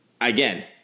again